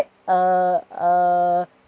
err err